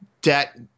debt